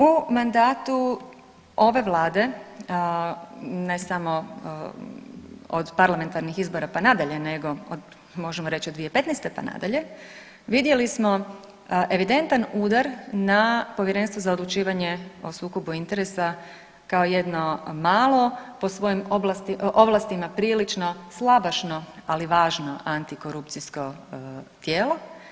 U mandatu ove Vlade, ne samo od parlamentarnih izbora pa nadalje nego od, možemo reći od 2015. pa nadalje, vidjeli smo evidentan udar na Povjerenstvo za odlučivanje o sukobu interesa kao jedno malo, po svojim ovlastima prilično slabašno, ali važno antikorupcijsko tijelo.